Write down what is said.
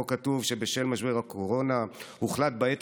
ובו כתוב שבשל משבר הקורונה הוחלט בעת